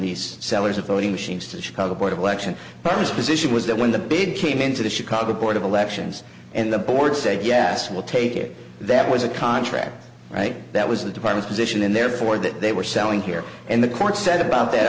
these sellers of voting machines to the chicago board of election but his position was that when the bid came in to the chicago board of elections and the board said yes we'll take it that was a contract right that was the department position and therefore that they were selling here and the court said about th